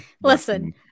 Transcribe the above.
Listen